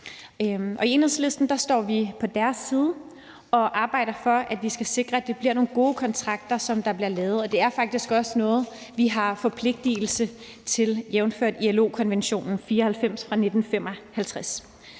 I Enhedslisten står vi på deres side og arbejder for, at vi skal sikre, at det bliver nogle gode kontrakter, som der bliver lavet. Det er faktisk også noget, vi har forpligtigelse til, jævnfør ILO-konventionen nr. 94 fra 1955.